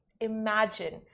imagine